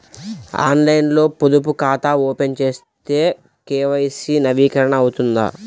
ఆన్లైన్లో పొదుపు ఖాతా ఓపెన్ చేస్తే కే.వై.సి నవీకరణ అవుతుందా?